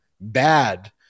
bad